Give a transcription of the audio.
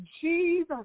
Jesus